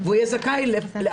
רק